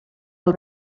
del